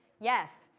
yes.